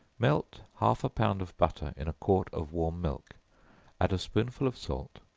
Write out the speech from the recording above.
melt half a pound of butter in a quart of warm milk add a spoonful of salt,